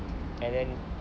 and then